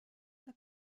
the